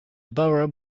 borough